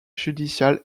judicial